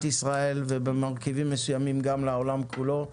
ישראל ובמרכיבים מסוימים גם בעולם כולו.